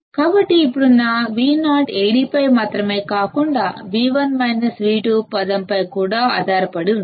కాబట్టి ఇప్పుడు నా Vo Ad పై మాత్రమే కాకుండా పై కూడా ఆధారపడి ఉంటుంది